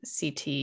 CT